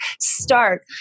start